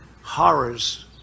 horrors